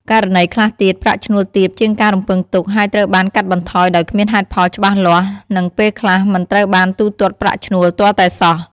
ករណីខ្លះទៀត ប្រាក់ឈ្នួលទាបជាងការរំពឹងទុក ហើយត្រូវបានកាត់បន្ថយដោយគ្មានហេតុផលច្បាស់លាស់ និងពេលខ្លះមិនត្រូវបានទូទាត់ប្រាក់ឈ្នួលទាល់តែសោះ។